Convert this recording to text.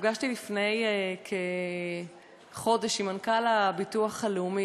נפגשתי לפני כחודש עם מנכ"ל הביטוח הלאומי,